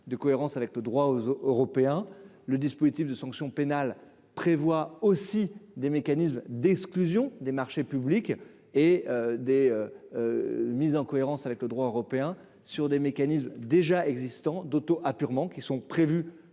de cohérence avec le droit aux aux Européens le dispositif de sanction pénale prévoit aussi des mécanismes d'exclusion des marchés publics et des mises en cohérence avec le droit européen sur des mécanismes déjà existants d'auto apurement qui sont prévues